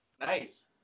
Nice